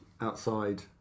outside